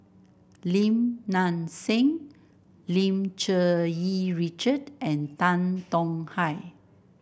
Lim Nang Seng Lim Cherng Yih Richard and Tan Tong Hye